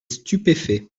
stupéfait